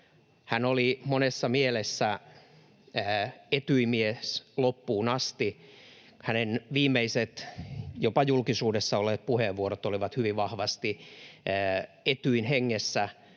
Hän oli monessa mielessä Etyj-mies loppuun asti. Hänen viimeiset jopa julkisuudessa olleet puheenvuoronsa olivat hyvin vahvasti Etyjin hengessä